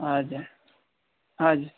हजुर हजुर